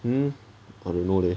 um I don't know leh